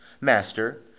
Master